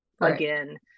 again